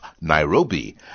Nairobi